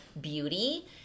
beauty